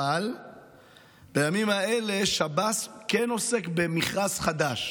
אבל בימים האלה שב"ס עוסק במכרז חדש